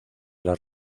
las